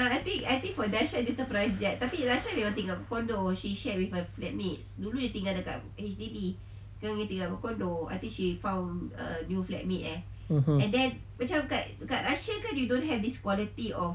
(uh huh)